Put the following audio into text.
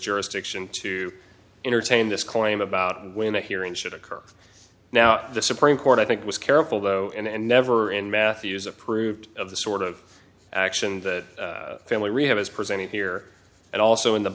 jurisdiction to entertain this claim about when the hearing should occur now the supreme court i think was careful though and never in matthew's approved of the sort of action that family rehab is presented here and also in the